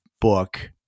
book